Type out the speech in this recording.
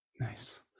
Nice